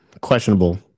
questionable